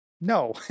No